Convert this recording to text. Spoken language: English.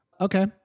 Okay